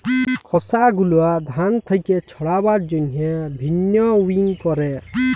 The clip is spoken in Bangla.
খসা গুলা ধান থেক্যে ছাড়াবার জন্হে ভিন্নউইং ক্যরে